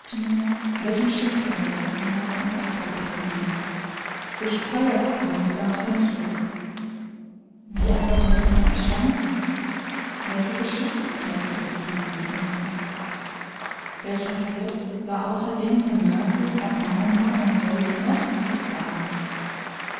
mir welchem schicksal das herrenhaus zum opfer gefallen durch feuersbrunst war es vernichtet wie aber war diese entstanden welche geschichte knüpfte sich an dieses unglück welcher verlust war außer dem von mörtel und marmor und holz noch zu beklagen